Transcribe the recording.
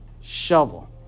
shovel